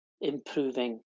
improving